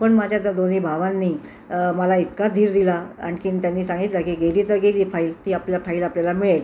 पण माझ्या त्या दोन्ही भावांनी मला इतका धीर दिला आणखीन त्यांनी सांगितलं की गेली तर गेली फाईल ती आपल्या फाईल आपल्याला मिळेल